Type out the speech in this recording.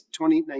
2019